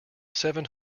seven